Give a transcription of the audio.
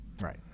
Right